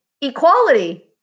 equality